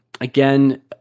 Again